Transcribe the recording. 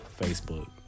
Facebook